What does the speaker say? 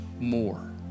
more